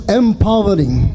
empowering